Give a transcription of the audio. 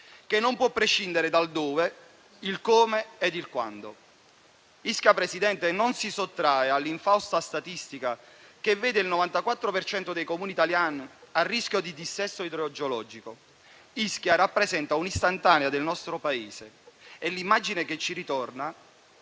che non può prescindere dal dove, dal come e dal quando. Signor Presidente, Ischia non si sottrae all'infausta statistica che vede il 94 per cento dei Comuni italiani a rischio di dissesto idrogeologico. Ischia rappresenta un'istantanea del nostro Paese. E l'immagine che ci ritorna